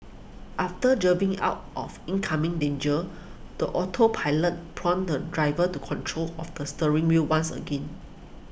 after drove in out of incoming danger the autopilot prompted the driver to control of the steering wheel once again